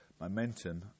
Momentum